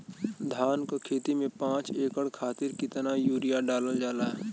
धान क खेती में पांच एकड़ खातिर कितना यूरिया डालल जाला?